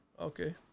Okay